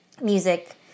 music